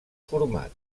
format